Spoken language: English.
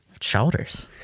shoulders